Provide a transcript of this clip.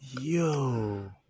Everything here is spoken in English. yo